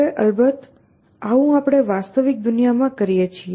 હવે અલબત્ત આવું આપણે વાસ્તવિક દુનિયામાં કરીએ છીએ